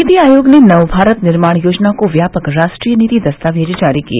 नीति आयोग ने नवभारत निर्माण योजना को व्यापक राष्ट्रीय नीति दस्तावेज जारी किए